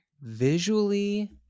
Visually